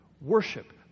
Worship